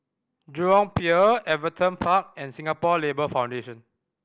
Jurong Pier Everton Park and Singapore Labour Foundation